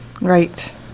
right